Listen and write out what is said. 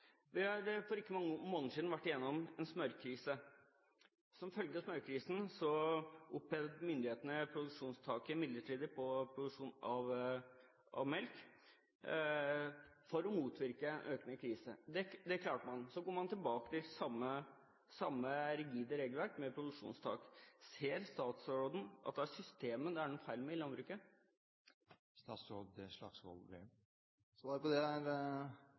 Vi har for ikke mange måneder siden vært gjennom en smørkrise. Som følge av smørkrisen opphevet myndighetene produksjonstaket midlertidig på produksjonen av melk for å motvirke økende krise. Det klarte man. Så går man tilbake til samme rigide regelverk med produksjonstak. Ser statsråden at det er systemet det er noe feil med i landbruket? Svaret på det er